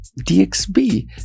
DXB